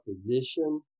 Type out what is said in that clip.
position